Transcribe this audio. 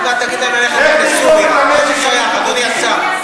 עוד מעט תגיד להם ללכת לסוריה, אדוני השר.